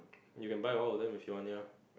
you can buy all of them if you want it lah